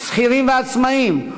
שכירים ועצמאים,